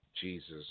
Jesus